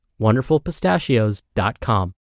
wonderfulpistachios.com